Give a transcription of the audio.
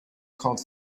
caught